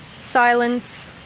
silence,